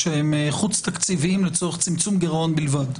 שהם חוץ תקציביים לצורך צמצום גירעון בלבד.